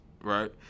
right